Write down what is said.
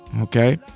okay